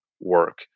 work